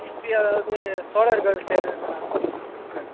history அதாவது சோழர்கள் சேரர்கள் அந்த மாதிரி புக்கு வேணும்